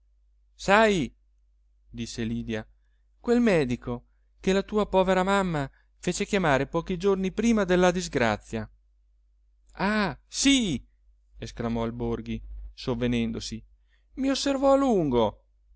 sai disse lydia quel medico che la tua povera mamma fece chiamare pochi giorni prima della disgrazia ah sì esclamò il borghi sovvenendosi i osservò a lungo